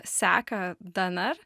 seką dnr